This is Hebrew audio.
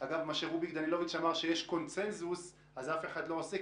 רוביק דנילוביץ אמר שכשיש קונצנזוס אף אחד לא עושה,